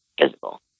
visible